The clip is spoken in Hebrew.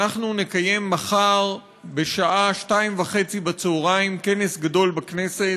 אנחנו נקיים מחר בשעה 14:30 כנס גדול בכנסת,